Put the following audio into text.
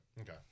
okay